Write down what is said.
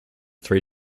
three